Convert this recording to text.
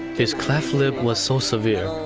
this cleft lip was so severe.